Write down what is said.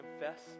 confess